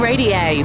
Radio